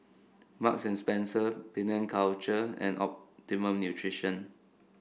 Marks and Spencer Penang Culture and Optimum Nutrition